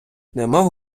немов